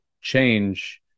change